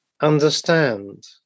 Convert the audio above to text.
understand